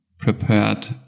prepared